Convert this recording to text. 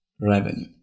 revenue